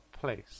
place